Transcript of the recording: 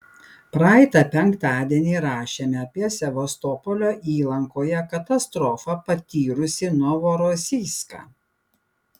praeitą penktadienį rašėme apie sevastopolio įlankoje katastrofą patyrusį novorosijską